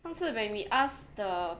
上次 when we ask the